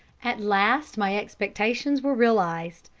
at last my expectations were realized.